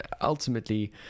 ultimately